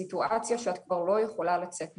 בסיטואציה שאת כבר לא יכולה לצאת ממנה.